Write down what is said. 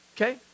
Okay